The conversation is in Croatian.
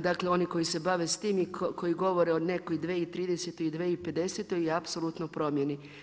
dakle oni koji se bave s tim i koji govore o nekoj 2030. i 2050. i apsolutnoj promjeni.